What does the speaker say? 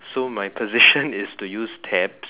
so my position is to use tabs